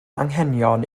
anghenion